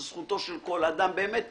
זו זכותו של כל אדם באמת,